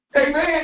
Amen